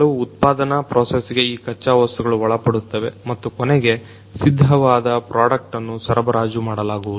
ಕೆಲವು ಉತ್ಪಾದನಾ ಪ್ರೊಸೆಸ್ಗೆ ಈ ಖಚ್ಚಾ ವಸ್ತುಗಳು ಒಳಪಡುತ್ತವೆ ಮತ್ತು ಕೊನೆಗೆ ಸಿದ್ಧವಾದ ಪ್ರಾಡಕ್ಟ್ಅನ್ನು ಸರಬರಾಜು ಮಾಡಲಾಗುವುದು